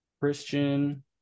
Christian